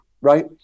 right